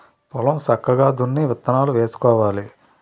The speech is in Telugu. పొలం సక్కగా దున్ని విత్తనాలు వేసుకోవాలి